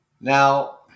Now